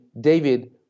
David